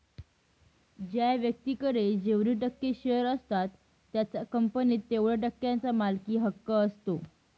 ज्या व्यक्तीकडे जेवढे टक्के शेअर असतात त्याचा कंपनीत तेवढया टक्क्यांचा मालकी हक्क असतो